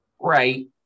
Right